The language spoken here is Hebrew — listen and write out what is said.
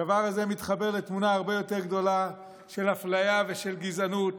הדבר הזה מתחבר לתמונה הרבה יותר גדולה של אפליה ושל גזענות